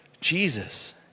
Jesus